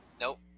Nope